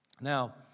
Now